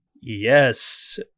Yes